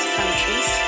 countries